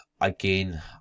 again